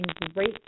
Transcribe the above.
great